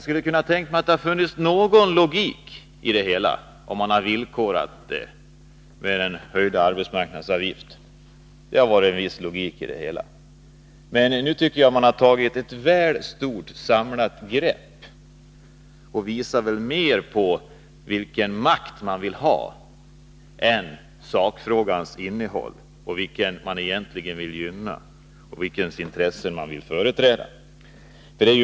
Det hade funnits någon logik i det hela, om man hade villkorat med en höjning av arbetsmarknadsavgiften. Nu tycker jag att de har tagit ett väl stort samlat grepp, som mest visar vilken makt man vill ha. Det handlar mindre om sakfrågans innehåll och om vilkas intressen man vill företräda.